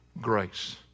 grace